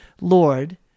Lord